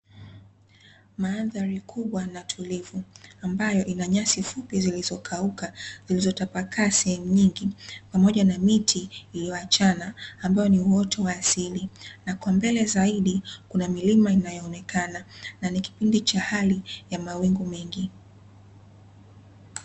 Mandhari kubwa na tulivu, ambayo ina nyasi fupi zilizokauka zilizotapakaa sehemu nyingi pamoja na miti iliyoachana, ambayo ni uoto wa asili. Na kwa mbele zaidi, kuna milima inayoonekana, na ni kipindi cha hali ya mawingu mengi.